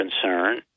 concern